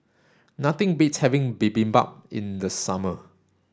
nothing beats having Bibimbap in the summer